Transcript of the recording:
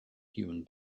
human